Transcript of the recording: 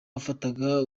wafataga